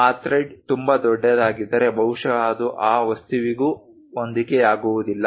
ಆ ಥ್ರೆಡ್ ತುಂಬಾ ದೊಡ್ಡದಾಗಿದ್ದರೆ ಬಹುಶಃ ಅದು ಆ ವಸ್ತುವಿಗೂ ಹೊಂದಿಕೆಯಾಗುವುದಿಲ್ಲ